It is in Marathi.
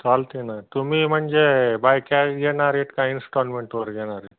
चालते ना तुम्ही म्हणजे बाय कॅश घेणार आहेत काय इन्स्टॉलमेंटवर घेणार आहेत